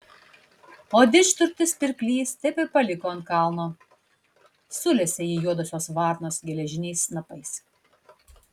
o didžturtis pirklys taip ir paliko ant kalno sulesė jį juodosios varnos geležiniais snapais